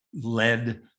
led